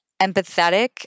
empathetic